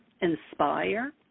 inspire